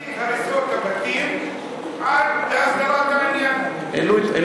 להפסיק את הריסות הבתים עד להסדרת העניין, זה